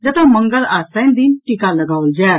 जतऽ मंगल आ शनि दिन टीका लगाओल जायत